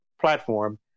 platform